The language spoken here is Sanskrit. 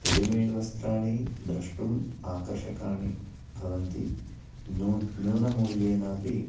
रेडिमेड् वस्त्राणि द्रष्टुं आकर्षकाणि भवन्ति नु न्यूनं मूल्येनापि